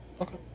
Okay